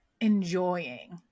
enjoying